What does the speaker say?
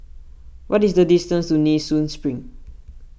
what is the distance to Nee Soon Spring